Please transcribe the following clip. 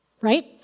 Right